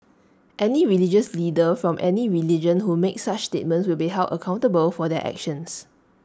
any religious leader from any religion who makes such statements will be held accountable for their actions